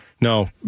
No